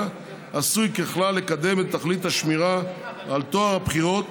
עשוי ככלל לקדם את תכלית השמירה על טוהר הבחירות